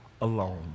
alone